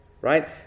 right